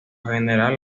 general